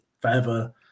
forever